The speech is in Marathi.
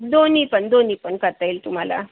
दोन्ही पण दोन्ही पण करता येईल तुम्हाला